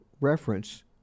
reference